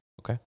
Okay